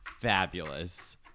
fabulous